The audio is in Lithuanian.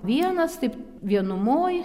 vienas taip vienumoj